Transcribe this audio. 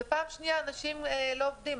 ופעם שנייה, אנשים לא עובדים.